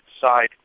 decide